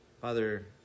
Father